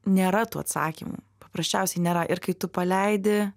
nėra tų atsakymų paprasčiausiai nėra ir kai tu paleidi